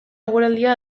eguraldia